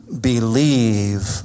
believe